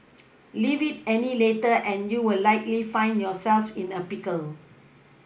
leave it any later and you will likely find yourself in a pickle